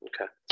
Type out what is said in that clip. Okay